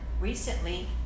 recently